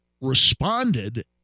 responded